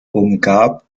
umgab